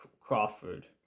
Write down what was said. crawford